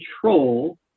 control